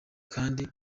kandi